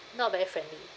not very friendly